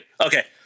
Okay